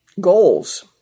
Goals